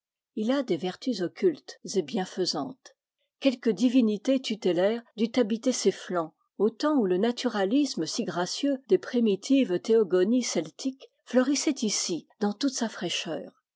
il a des vertus occultes et bienfaisantes quel que divinité tutélaire dut habiter ses flancs au temps où le naturalisme si gracieux des primitives théogonies celtiques florissait ici dans toute sa fraîcheur